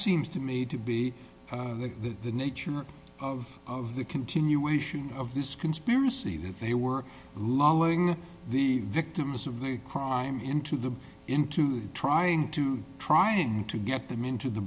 seems to me to be the the nature of of the continuation of this conspiracy that they were lolling the victims of the crime into the into the trying to trying to get them into the